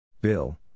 Bill